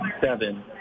seven